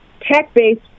tech-based